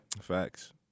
Facts